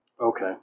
Okay